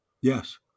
Yes